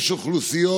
יש אוכלוסיות